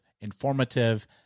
informative